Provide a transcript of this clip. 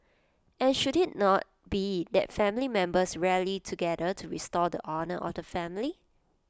and should IT not be that family members rally together to restore the honour of the family